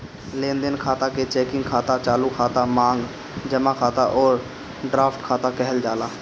लेनदेन खाता के चेकिंग खाता, चालू खाता, मांग जमा खाता अउरी ड्राफ्ट खाता कहल जाला